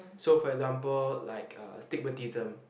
so for example like uh stigmatism